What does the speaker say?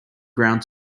ground